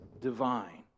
divine